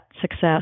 success